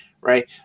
Right